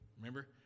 Remember